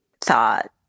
thought